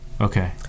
Okay